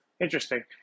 Interesting